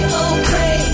okay